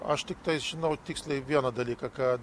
aš tiktais žinau tiksliai vieną dalyką kad